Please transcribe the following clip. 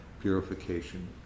purification